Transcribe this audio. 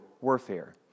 warfare